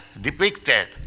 depicted